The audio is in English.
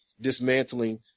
dismantling